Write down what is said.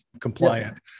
compliant